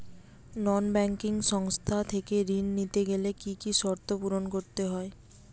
নন banking সংস্থা থেকে ঋণ নিতে গেলে কি কি শর্ত পূরণ করতে হয়?